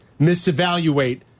misevaluate